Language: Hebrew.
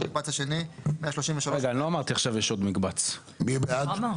המקבץ השני, 133 עד 137. מי בעד